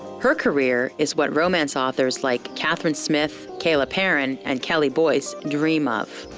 her career is what romance authors like kathryn smith, kayla perrin, and kelly boyce dream of.